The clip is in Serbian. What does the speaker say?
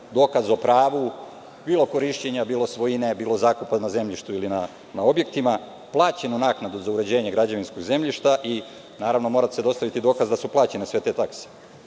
dokaz o pravu bilo korišćenja, bilo svojine, bilo zakupa na zemljištu i na objektima, plaćenu naknadu za uređenje građevinskog zemljišta i naravno, mora se dostaviti dokaz da su plaćene sve te takse.